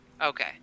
Okay